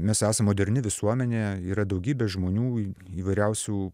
mes esam moderni visuomenė yra daugybė žmonių įvairiausių